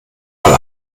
mal